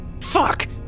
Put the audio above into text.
Fuck